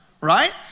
right